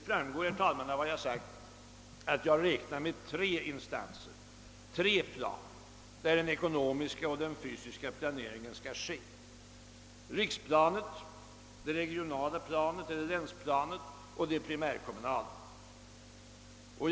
Av vad jag sagt framgår att jag räknar med tre instanser, tre plan, där den ekonomiska och den fysiska planeringen skall ske: riksplanet, det regionala planet eller länsplanet och det primärkommunala planet.